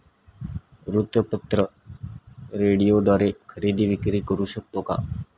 वृत्तपत्र, रेडिओद्वारे खरेदी विक्री करु शकतो का?